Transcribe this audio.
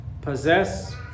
possess